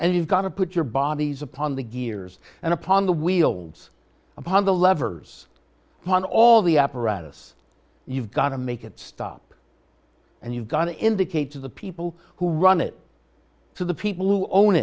and you've got to put your bodies upon the gears and upon the wheels upon the levers on all the apparatus you've got to make it stop and you've got to indicate to the people who run it to the people who own